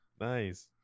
Nice